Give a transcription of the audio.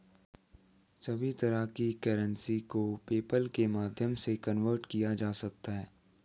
सभी तरह की करेंसी को पेपल्के माध्यम से कन्वर्ट किया जा सकता है